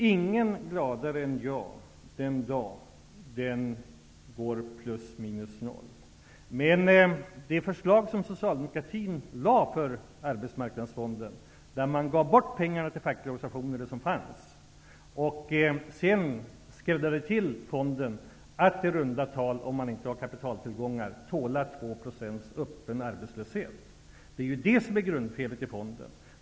Ingen är gladare än jag den dag den går med plus minus noll. Socialdemokratin lade fram ett förslag när det gäller Arbetsmarknadsfonden, vilket innebar att de pengar som fanns skulle ges bort till fackliga organisationer, och vid brist på kapitaltillgångar skulle i runda tal en öppen arbetslöshet på 2 tålas. Det är grundfelet med fonden.